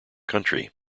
country